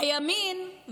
הימין,